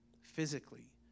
physically